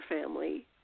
family